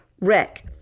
wreck